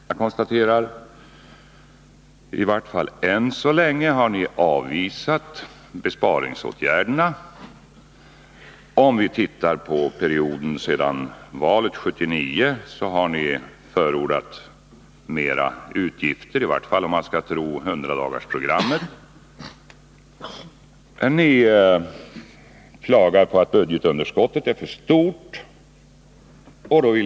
Jag konstaterar: I varje fall än så länge har ni avvisat förslagen till besparingsåtgärder. Sedan valet 1979 har ni förordat ökade utgifter, i varje fall om man skall tro hundradagarsprogrammet. Ni klagar på att budgetunderskottet är för stort.